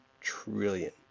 trillion